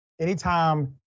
anytime